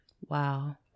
Wow